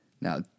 Now